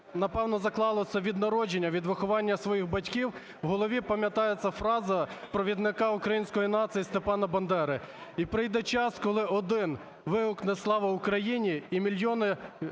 напевно, заклалося від народження, від виховання своїх батьків, в голові пам'ятається фраза провідника української нації Степана Бандери: "І прийде час, коли один вигукне "Слава Україні!", і мільйони